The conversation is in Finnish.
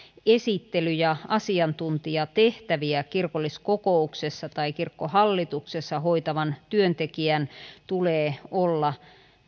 esittely ja asiantuntijatehtäviä kirkolliskokouksessa tai kirkkohallituksessa hoitavan työntekijän tulee olla